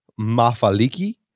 mafaliki